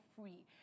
free